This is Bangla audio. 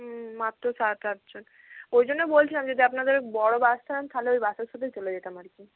হুম মাত্র সাত আটজন ওই জন্য বলছিলাম যদি আপনাদের বড়ো বাস ছাড়েন তাহলে ওই বাসের সাথেই চলে যেতাম আর কি